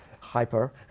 hyper